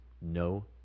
no